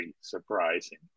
surprising